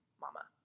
mama